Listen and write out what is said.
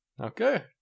Okay